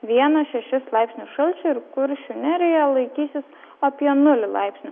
vieną šešis laipsnius šalčio ir kuršių nerijoje laikysis apie nulį laipsnių